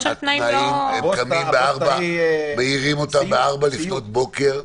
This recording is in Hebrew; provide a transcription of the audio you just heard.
זינזנה, מעירים אותם ב-04:00 לפנות בוקר.